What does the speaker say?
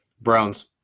Browns